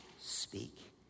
speak